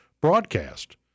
broadcast